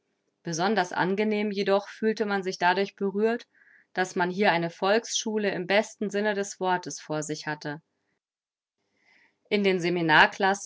besonders angenehm jedoch fühlte man sich dadurch berührt daß man hier eine volksschule im besten sinne des wortes vor sich hatte in den